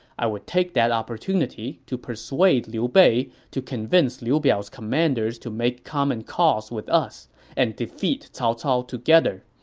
i would take that opportunity to persuade liu bei to convince liu biao's commanders to make common cause with us and defeat cao cao together.